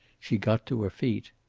she got to her feet.